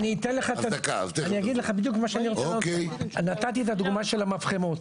נתתי דוגמה של המפחמות.